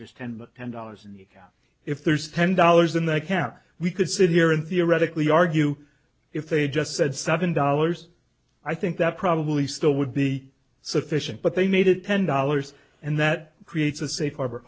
there's ten ten dollars and if there's ten dollars in the account we could sit here and theoretically argue if they just said seven dollars i think that probably still would be sufficient but they needed ten dollars and that creates a safe